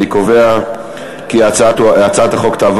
אני קובע כי הצעת חוק-יסוד: